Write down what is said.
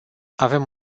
avem